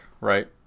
right